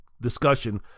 discussion